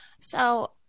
So-